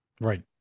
right